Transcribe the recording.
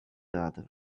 other